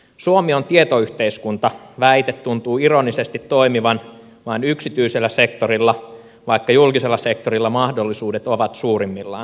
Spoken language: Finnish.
suomi on tietoyhteiskunta väite tuntuu ironisesti toimivan vain yksityisellä sektorilla vaikka julkisella sektorilla mahdollisuudet ovat suurimmillaan